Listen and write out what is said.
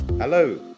Hello